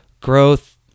growth